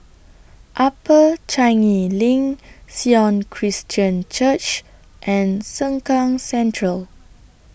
Upper Changi LINK Sion Christian Church and Sengkang Central